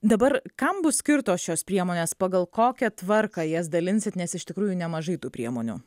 dabar kam bus skirtos šios priemonės pagal kokią tvarką jas dalinsit nes iš tikrųjų nemažai tų priemonių